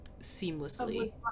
seamlessly